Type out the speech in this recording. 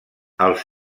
els